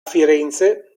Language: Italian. firenze